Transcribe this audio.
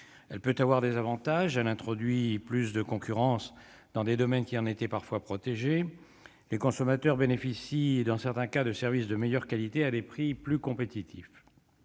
peut avoir des avantages : il introduit plus de concurrence dans des domaines qui en étaient parfois trop protégés et les consommateurs bénéficient, dans certains cas, de services de meilleure qualité à des prix plus compétitifs.